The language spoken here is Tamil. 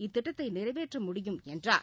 இத்திட்டத்தை நிறைவேற்ற முடியும் என்றார்